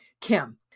Kim